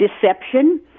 deception